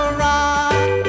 rock